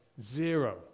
Zero